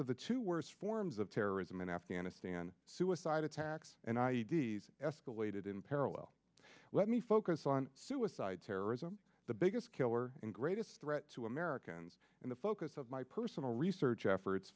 of the two worst forms of terrorism in afghanistan suicide attacks and i e d escalated in parallel let me focus on suicide terrorism the biggest killer and greatest threat to americans and the focus of my personal research efforts